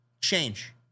Change